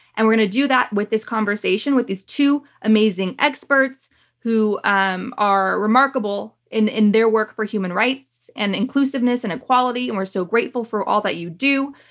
and we're going to do that with this conversation with these two amazing experts who um are remarkable in in their work for human rights and inclusiveness and equality. and we're so grateful for all that you do.